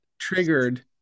triggered